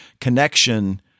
connection